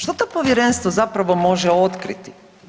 Što to Povjerenstvo zapravo može otkriti?